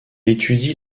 étudie